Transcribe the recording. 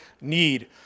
need